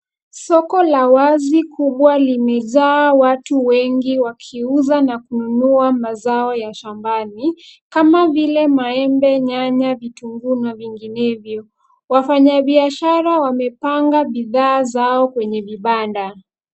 Soko la wazi kubwa limejaa watu wengi wakiuza na kununua mazao ya shambani kama vile maembe, nyanya, vitunguu na vinginevyo. Wafanyabiashara wamepanga bidhaa zao kwenye vibanda.